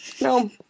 No